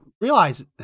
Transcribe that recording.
Realize